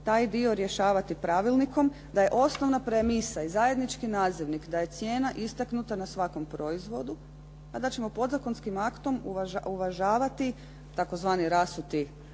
taj dio rješavati pravilnikom, da je osnovna premisa i zajednički nazivnik da je cijena istaknuta na svakom proizvodu, a da ćemo podzakonskim aktom uvažavati tzv. rasuti